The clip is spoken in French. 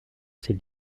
ses